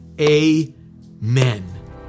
Amen